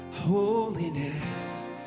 holiness